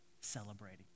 celebrating